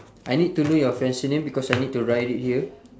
I need to know your fiancee name because I need to write it here